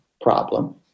problem